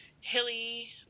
hilly